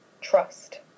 trust